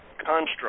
construct